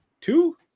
two